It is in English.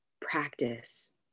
practice